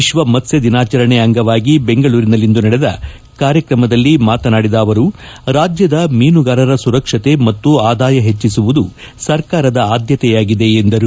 ವಿಶ್ವ ಮತ್ತ್ವ ದಿನಾಚರಣೆ ಅಂಗವಾಗಿ ಬೆಂಗಳೂರಿನಲ್ಲಿಂದು ನಡೆದ ಕಾರ್ಯಕ್ರಮದಲ್ಲಿ ಮಾತನಾಡಿದ ಅವರು ರಾಜ್ಯದ ಮೀನುಗಾರರ ಸುರಕ್ಷತೆ ಮತ್ತು ಆದಾಯ ಹೆಚ್ಚಿಸುವುದು ಸರ್ಕಾರದ ಆದ್ಗತೆಯಾಗಿದೆ ಎಂದರು